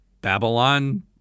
Babylon